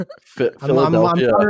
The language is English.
Philadelphia